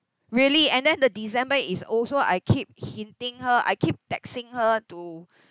really and then the december is also I keep hinting her I keep texting her to